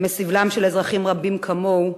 מסבלם של אזרחים רבים כמוהו,